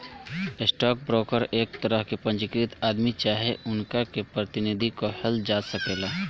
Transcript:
stock broker एक तरह के पंजीकृत आदमी चाहे उनका के प्रतिनिधि कहल जा सकेला